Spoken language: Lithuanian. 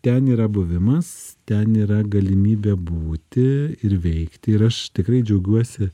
ten yra buvimas ten yra galimybė būti ir veikti ir aš tikrai džiaugiuosi